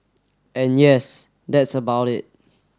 and yes that's about it